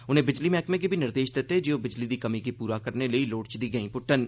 उनें बिजली मैहकमे गी बी निर्देश दित्ते जे ओह बिजली दी कमी गी पूरा करने लेई लोड़चदी गैंई प्ट्टन